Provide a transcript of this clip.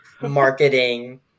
marketing